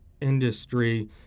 industry